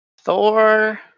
Thor